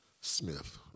Smith